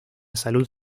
salud